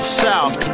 south